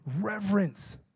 reverence